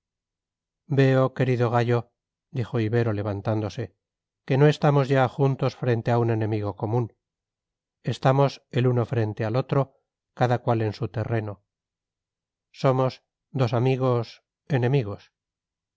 veo querido gallo dijo ibero levantándose que no estamos ya juntos frente a un enemigo común estamos el uno frente al otro cada cual en su terreno somos dos amigos enemigos